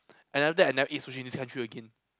and after that I never eat this sushi in this country again